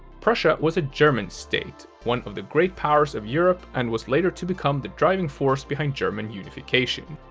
prussia was a german state, one of the great powers of europe, and was later to become the driving force behind german unification.